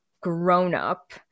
grown-up